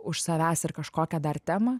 už savęs ir kažkokią dar temą